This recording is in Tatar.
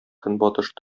көнбатыш